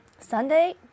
Sunday